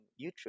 youtube